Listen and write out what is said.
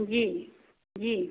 जी जी